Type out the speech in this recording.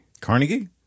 Carnegie